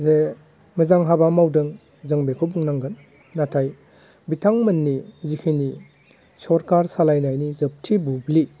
जे मोजां हाबा मावदों जों बेखौ बुंनांगोन नाथाय बिथांमोननि जिखिनि सरखार सालायनायनि जोबथि बुब्लि